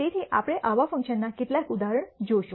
તેથી આપણે આવા ફંકશનના કેટલાક ઉદાહરણો જોશું